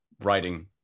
writing